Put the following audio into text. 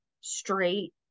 straight